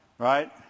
Right